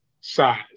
size